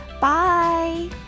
Bye